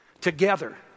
together